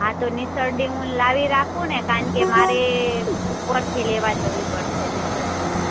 હા તો નિસરણી હું લાવી રાખું ને કારણ કે મારે ઉપરથી લેવા જવી પડશે નિસરણી તો